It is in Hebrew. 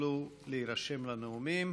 שתוכלו להירשם לנאומים.